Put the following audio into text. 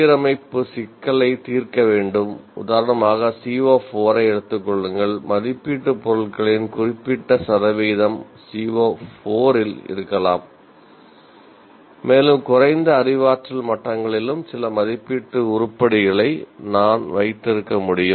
சீரமைப்பு சிக்கலை தீர்க்க வேண்டும் உதாரணமாக CO4 ஐ எடுத்துக் கொள்ளுங்கள் மதிப்பீட்டு பொருட்களின் குறிப்பிட்ட சதவீதம் CO4 இல் இருக்கலாம் மேலும் குறைந்த அறிவாற்றல் மட்டங்களிலும் சில மதிப்பீட்டு உருப்படிகளை நான் வைத்திருக்க முடியும்